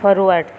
forward